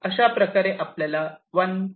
अशा प्रकारे आपल्याला 1